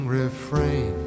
refrain